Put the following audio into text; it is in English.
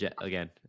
again